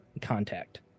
contact